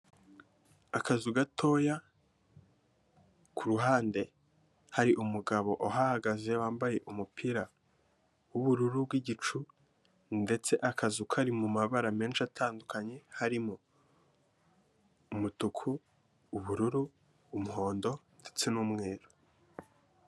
Akazu gatoya ku ruhande hari umugabo uhagaze wambaye umupira w'ubururu bw'igicu ndetse akazu kari mu mabara menshi atandukanye harimo umutuku, ubururu, umuhondo ndetse n'umweru.